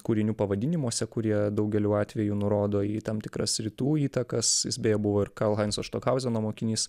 kūrinių pavadinimuose kurie daugeliu atvejų nurodo į tam tikras rytų įtakas jis beje buvo ir karlhajnco štokhauzeno mokinys